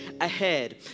ahead